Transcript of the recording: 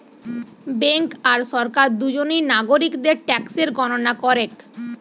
bank আর সরকার দুজনেই নাগরিকদের ট্যাক্সের গণনা করেক